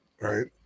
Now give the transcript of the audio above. right